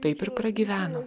taip ir pragyveno